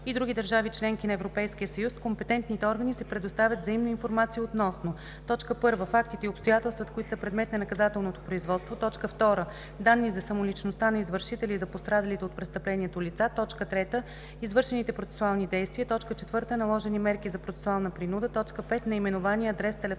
и други държави – членки на Европейския съюз, компетентните органи си предоставят взаимно информация относно: 1. фактите и обстоятелствата, които са предмет на наказателното производство; 2. данни за самоличността на извършителя и за пострадалите от престъплението лица; 3. извършените процесуални действия; 4. наложени мерки за процесуална принуда; 5. наименование, адрес, телефон,